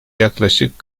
yaklaşık